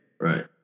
Right